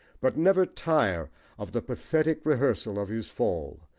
but never tire of the pathetic rehearsal of his fall,